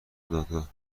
دادگاه